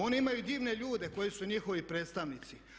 Oni imaju divne ljude koji su njihovi predstavnici.